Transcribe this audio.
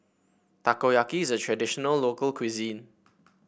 takoyaki is a traditional local cuisine